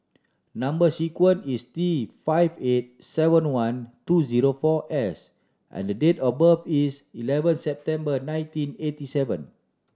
number sequence is T five eight seven one two zero four S and date of birth is eleven September nineteen eighty seven